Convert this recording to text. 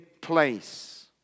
place